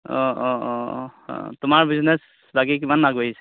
অঁ অঁ অঁ অঁ অঁ তোমাৰ বিজনেছ বাকী কিমান আগবাঢ়িছে